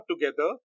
together